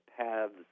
paths